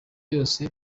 yose